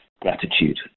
Gratitude